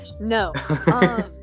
no